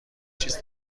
چیز